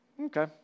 Okay